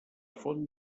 font